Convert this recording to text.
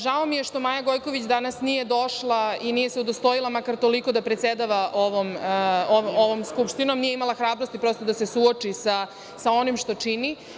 Žao mi je što Maja Gojković danas nije došla i nije se udostojila makar toliko da predsedava ovom Skupštinom, nije imala hrabrosti da se suoči sa onim što čini.